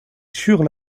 sur